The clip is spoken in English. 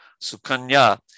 Sukanya